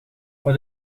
wat